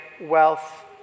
Wealth